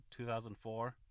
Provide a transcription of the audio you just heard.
2004